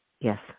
Yes